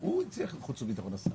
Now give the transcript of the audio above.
מי בעד קיצור תקופת ההנחה,